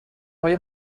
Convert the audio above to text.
های